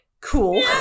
Cool